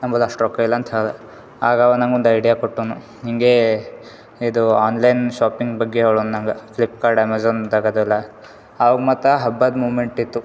ನಂಬಲ್ಲಿ ಅಷ್ಟು ರೊಕ್ಕ ಇಲ್ಲ ಅಂತ ಹೇಳಿದೆ ಆಗ ಅವ ನಂಗೆ ಒಂದು ಐಡಿಯಾ ಕೊಟ್ಟನು ಹಿಂಗೇ ಇದು ಆನ್ಲೈನ್ ಶಾಪಿಂಗ್ ಬಗ್ಗೆ ಹೇಳೋನು ನಂಗೆ ಫ್ಲಿಪ್ಕಾರ್ಟ್ ಅಮೆಝನ್ ತಗತೆಲ್ಲ ಅವಾಗ ಮತ್ತು ಹಬ್ಬದ ಮೂಮೆಂಟ್ ಇತ್ತು